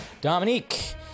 Dominique